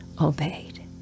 obeyed